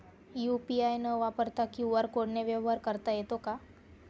UPI न वापरता QR कोडने व्यवहार करता येतो का?